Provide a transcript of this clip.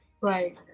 right